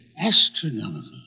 astronomical